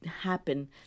happen